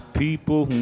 people